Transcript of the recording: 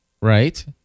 Right